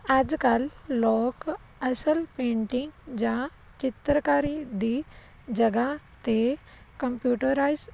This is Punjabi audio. ਅੱਜ ਕੱਲ੍ਹ ਲੋਕ ਅਸਲ ਪੇਂਟਿੰਗ ਜਾਂ ਚਿੱਤਰਕਾਰੀ ਦੀ ਜਗ੍ਹਾ 'ਤੇ ਕੰਪਿਊਟਰਾਈਜ